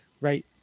right